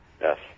Yes